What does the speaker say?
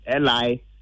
Li